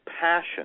passion